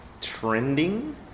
Trending